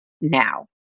now